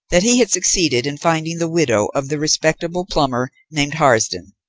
that he had succeeded in finding the widow of the respectable plumber named harsden,